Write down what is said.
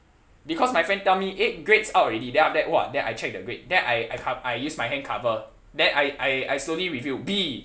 because my friend tell me eh grades out already then after that !wah! then I check the grade then I I co~ I use my hand cover then I I I slowly reveal B